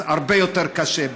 הרבה יותר קשה.